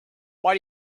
why